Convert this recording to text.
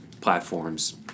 platforms